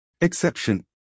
Exception